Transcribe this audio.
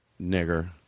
nigger